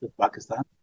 Pakistan